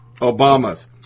Obama's